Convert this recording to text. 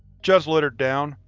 just littered down.